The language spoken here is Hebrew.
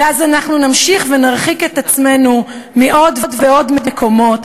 ואז אנחנו נמשיך ונרחיק את עצמנו מעוד ועוד מקומות,